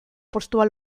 postua